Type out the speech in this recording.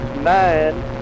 nine